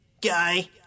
guy